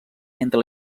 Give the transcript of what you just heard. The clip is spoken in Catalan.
entre